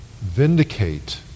vindicate